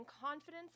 confidence